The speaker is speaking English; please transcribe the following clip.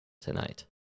tonight